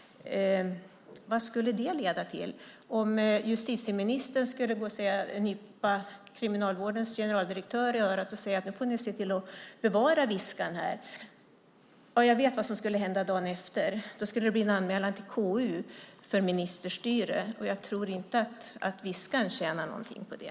Vad skulle det leda till? Om justitieministern skulle nypa Kriminalvårdens generaldirektör i örat och säga: Nu får ni se till att bevara Viskan! - då vet jag att det dagen efter skulle bli en anmälan till KU för ministerstyre, och jag tror inte att Viskan tjänar någonting på det.